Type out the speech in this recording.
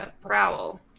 Prowl